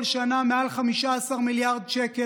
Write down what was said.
כל שנה המשק מפסיד מעל 15 מיליארד שקל